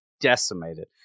decimated